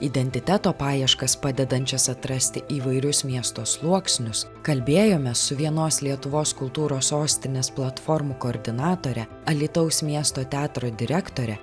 identiteto paieškas padedančias atrasti įvairius miesto sluoksnius kalbėjome su vienos lietuvos kultūros sostinės platformų koordinatore alytaus miesto teatro direktore